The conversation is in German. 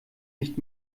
nicht